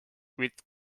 with